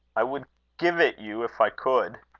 i would give it you if i could.